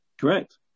Correct